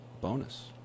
bonus